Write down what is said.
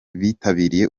bitabiriye